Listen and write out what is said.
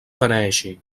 beneeixi